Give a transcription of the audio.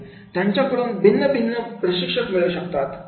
त्यांना भिन्नभिन्न प्रशिक्षक मिळू शकतात